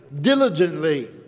diligently